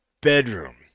bedroom